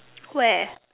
where